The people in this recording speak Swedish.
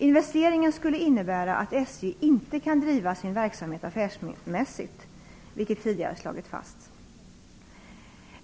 Investeringen skulle innebära att SJ inte kan driva sin verksamhet affärsmässigt, vilket tidigare slagits fast.